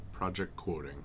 projectquoting